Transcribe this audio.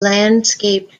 landscaped